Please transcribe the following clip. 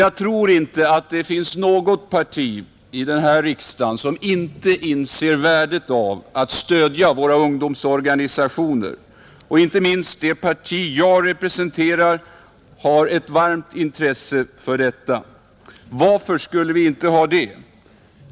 Jag tror inte något parti i denna riksdag inte inser värdet av att stödja våra ungdomsorganisationer. Inte minst det parti jag representerar har ett varmt intresse för det. Varför skulle vi inte ha det?